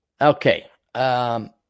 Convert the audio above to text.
Okay